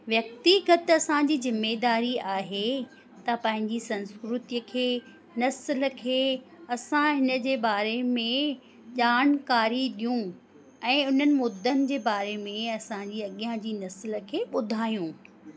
व्यक्तिगत असांजी ज़िमेदारी आहे त पंहिंजी संस्कृतिअ खे नस्ल खे असां हिनजे बारे में जानकारी ॾियूं ऐं उन्हनि मुद्दनि जे बारे में असांजी अॻियां जी नस्ल खे ॿुधायूं